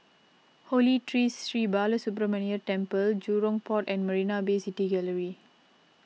Holy Tree Sri Balasubramaniar Temple Jurong Port and Marina Bay City Gallery